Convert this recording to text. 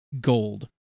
gold